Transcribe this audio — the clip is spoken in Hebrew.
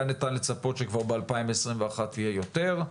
היה ניתן לצפות שב-2021 יהיה יותר.